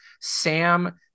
Sam